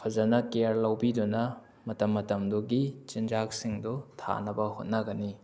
ꯐꯖꯅ ꯀꯤꯌꯥꯔ ꯂꯧꯕꯤꯗꯨꯅ ꯃꯇꯝ ꯃꯇꯝꯗꯨꯒꯤ ꯆꯤꯟꯖꯥꯛꯁꯤꯡꯗꯨ ꯊꯥꯅꯕ ꯍꯣꯠꯅꯒꯅꯤ